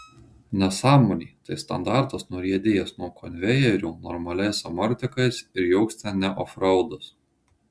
nesąmonė tai standartas nuriedėjęs nuo konvejerio normaliais amortikais ir joks ten ne ofraudas